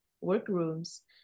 workrooms